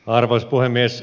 arvoisa puhemies